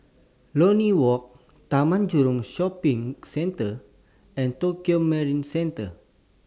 Lornie Walk Taman Jurong Shopping Centre and Tokio Marine Centre